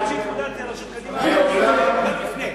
גם כשהתמודדתי על ראשות קדימה וגם לפני.